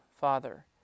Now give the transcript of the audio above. Father